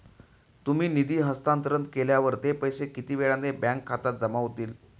तुम्ही निधी हस्तांतरण केल्यावर ते पैसे किती वेळाने बँक खात्यात जमा होतील?